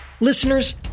Listeners